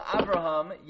Abraham